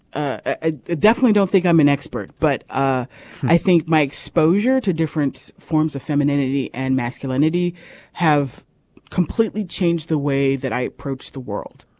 i definitely don't think i'm an expert but ah i think my exposure to different forms of femininity and masculinity have completely changed the way that i approach the world.